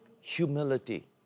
humility